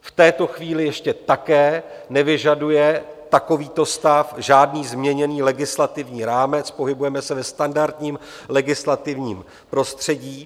V této chvíli ještě také nevyžaduje takovýto stav žádný změněný legislativní rámec, pohybujeme se ve standardním legislativním prostředí.